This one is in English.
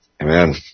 Amen